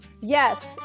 Yes